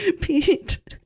Pete